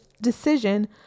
decision